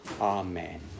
Amen